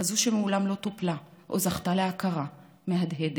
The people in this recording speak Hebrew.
כזאת שמעולם לא טופלה או זכתה להכרה מהדהדת.